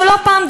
שלא פעם,